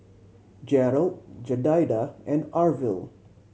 Gerald Jedidiah and Arvil